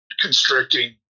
constricting